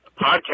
podcast